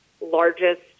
largest